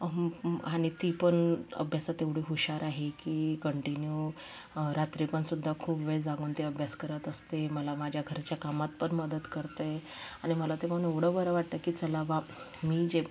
आणि ती पण अभ्यासात एवढी हुशार आहे की कंटिन्यू रात्री पण सुद्धा खूप वेळ जागून ती अभ्यास करत असते मला माझ्या घरच्या कामात पण मदत करते आणि मला ते पाहून एवढं बरं वाटतं की चला बुवा मी जे